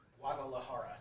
guadalajara